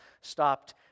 stopped